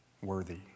worthy